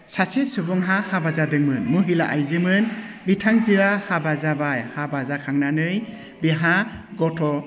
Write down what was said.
सासे सुबुंहा हाबा जादोंमोन महिला आइजोमोन बिथांजोआ हाबा जाबाय हाबा जाखांनानै बिहा गथ'